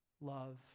love